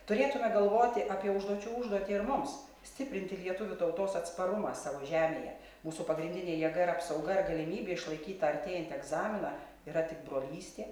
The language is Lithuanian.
turėtume galvoti apie užduočių užduotį ir mums stiprinti lietuvių tautos atsparumą savo žemėje mūsų pagrindinė jėga ir apsauga ir galimybė išlaikyt tą artėjantį egzaminą yra tik brolystė